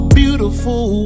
beautiful